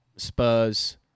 Spurs